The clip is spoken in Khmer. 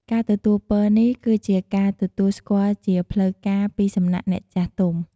ការទទួលពរនេះគឺជាការទទួលស្គាល់ជាផ្លូវការពីសំណាក់អ្នកចាស់ទុំ។